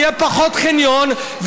יהיה פחות חניון,